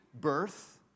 birth